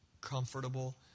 comfortable